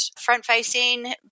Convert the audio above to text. front-facing